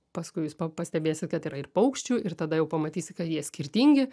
paskui jūs pastebėsit kad yra ir paukščių ir tada jau pamatysit kad jie skirtingi